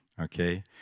Okay